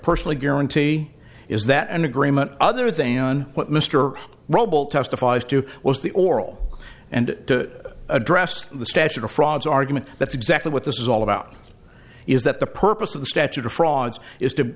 personally guarantee is that an agreement other than what mr rubble testifies to was the oral and to address the statute of frauds argument that's exactly what this is all about is that the purpose of the statute of frauds is to